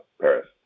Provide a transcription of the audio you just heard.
Paris